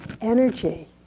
energy